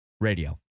radio